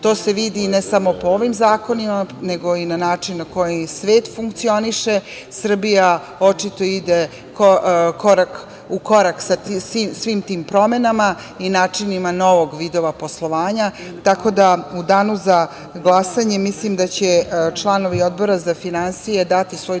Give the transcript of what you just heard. To se vidi ne samo po ovim zakonima, nego i na način na koji svet funkcioniše. Srbija očito ide u korak sa svim tim promenama i načinima novih vidova poslovanja. Tako da, u danu za glasanje mislim da će članovi Odbora za finansije dati svoj doprinos